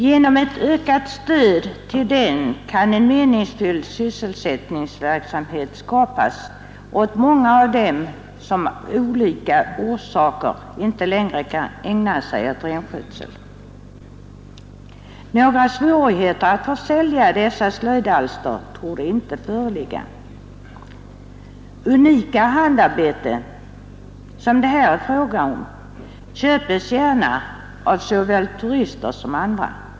Genom ett ökat stöd till den kan en meningsfylld sysselsättning skapas för många av dem som av olika orsaker inte längre kan ägna sig åt renskötsel. Några svårigheter att försälja dessa slöjdalster torde inte föreligga. Unika handarbeten, som det här är fråga om, köpes gärna av såväl turister som andra.